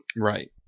Right